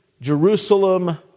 Jerusalem